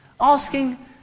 asking